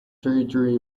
territory